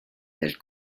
del